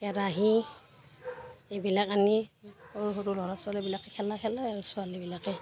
কেৰাহী এইবিলাক আনি সৰু সৰু ল'ৰা ছোৱালীবিলাকে খেলা খেলে আৰু ছোৱালীবিলাকে